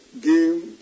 game